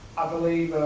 i believe